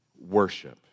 worship